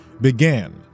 began